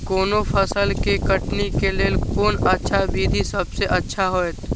कोनो फसल के कटनी के लेल कोन अच्छा विधि सबसँ अच्छा होयत?